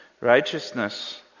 righteousness